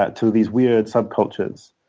to these weird subcultures.